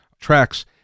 tracks